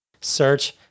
Search